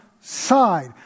side